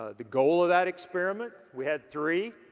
ah the goal of that experiment, we had three.